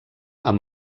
amb